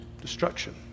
destruction